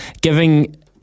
giving